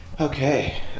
Okay